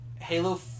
halo